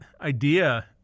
idea